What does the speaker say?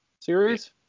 series